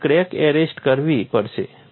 તેથી crack arrest કરવી પડશે